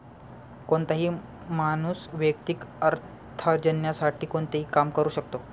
कोणताही माणूस वैयक्तिक अर्थार्जनासाठी कोणतेही काम करू शकतो